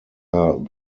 are